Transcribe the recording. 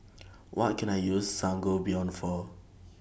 What Can I use Sangobion For